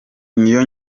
niyo